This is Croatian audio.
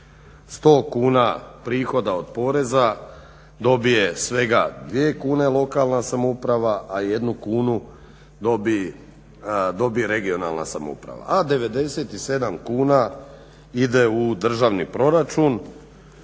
100 kuna prihoda od poreza dobije svega dvije kune lokalna samouprava, a 1 kunu dobije regionalna samouprava a 97 kuna ide u državni proračun.